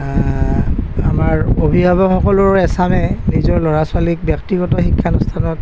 আমাৰ অভিভাৱকসকলৰো এচামে নিজৰ ল'ৰা ছোৱালীক ব্যক্তিগত শিক্ষানুষ্ঠানত